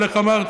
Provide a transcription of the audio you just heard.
אבל איך אמרת,